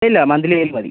ഇല്ലാ മന്ത്ലി ആയാലും മതി